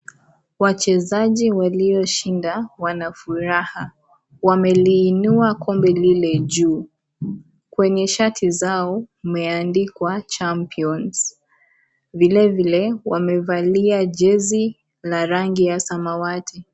Wachezaji walioshinda wana furaha, wameliinua kombe lile juu. Kwenye shati zao imeandikwa champions vilevile wamevalia jezi la rangi ya samawati.